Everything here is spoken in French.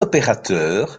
opérateur